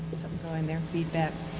going there, feedback.